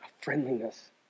friendliness